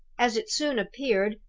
as it soon appeared,